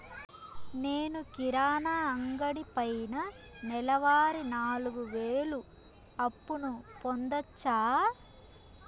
నేను కిరాణా అంగడి పైన నెలవారి నాలుగు వేలు అప్పును పొందొచ్చా?